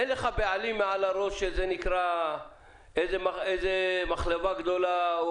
אין לך בעלים מעל הראש, איזו מחלבה גדולה?